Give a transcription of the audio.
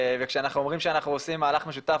וכשאנחנו אומרים שאנחנו עושים מהלך משותף,